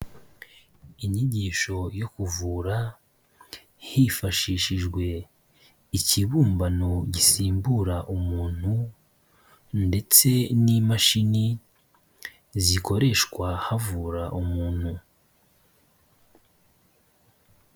Inyigisho yo kuvura hifashishijwe ikibumbano gisimbura umuntu ndetse n'imashini zikoreshwa havura umuntu.